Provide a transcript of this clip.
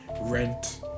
rent